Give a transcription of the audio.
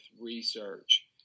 research